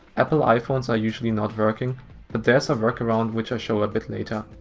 apple iphones are usually not working but there's a workaround which i show a bit later.